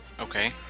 Okay